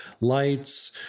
lights